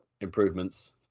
improvements